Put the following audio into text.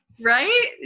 Right